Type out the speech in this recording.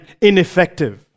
Ineffective